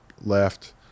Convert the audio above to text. left